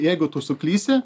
jeigu tu suklysi